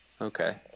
Okay